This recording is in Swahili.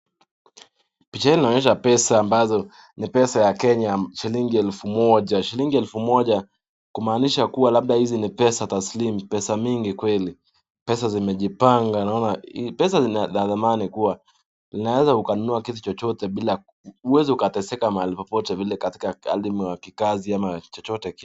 Picha hii inaonyesha pesa ambazo ni pesa ya Kenya shilingi elfu moja. Shilingi elfu moja kumaanisha kuwa labda hizi ni pesa taslimu, pesa mingi kweli. Pesa zimejipanga. Naona hii pesa ni ya dhamani kuwa, unaweza ukanunua kitu chochote bila, huwezi ukateseka mahali popote vile katika hali ya kikazi ama chochote kile.